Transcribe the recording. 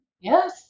Yes